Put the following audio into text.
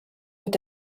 mit